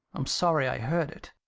i'm sorry i heard it.